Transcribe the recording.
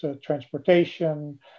transportation